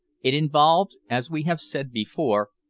it involved, as we have said before,